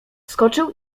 skoczył